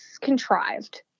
contrived